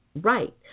right